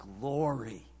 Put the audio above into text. glory